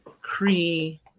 Cree